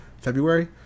February